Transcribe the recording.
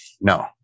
No